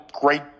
great